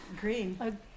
Green